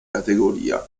categoria